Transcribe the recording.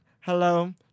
Hello